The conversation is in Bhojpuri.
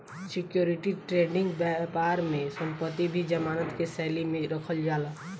सिक्योरिटी ट्रेडिंग बैपार में संपत्ति भी जमानत के शैली में रखल जाला